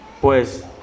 Pues